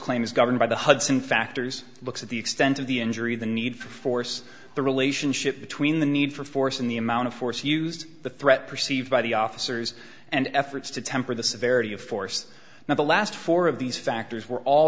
claim is governed by the hudson factors looks at the extent of the injury the need for force the relationship between the need for force and the amount of force used the threat perceived by the officers and efforts to temper the severity of force and the last four of these factors were all